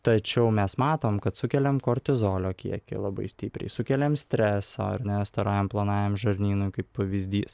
tačiau mes matom kad sukeliam kortizolio kiekį labai stipriai sukeliam stresą ar ne storajam plonajam žarnynui kaip pavyzdys